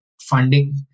funding